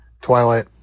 twilight